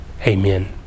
Amen